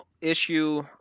issue